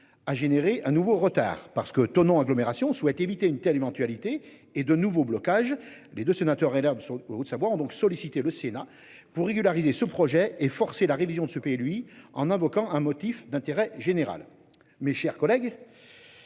à générer un nouveau retard parce que Thonon agglomération souhaitent éviter une telle éventualité et de nouveaux blocages des 2 sénateurs LR de son Haute-Savoie ont donc sollicité le Sénat pour régulariser ce projet et forcé la révision de ce pays lui en invoquant un motif d'intérêt général. Mes chers collègues.